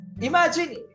Imagine